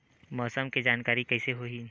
मौसम के जानकारी कइसे होही?